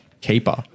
keeper